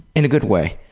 in a good way.